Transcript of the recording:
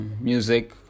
music